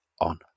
on